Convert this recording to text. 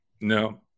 No